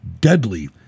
Deadly